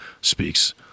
speaks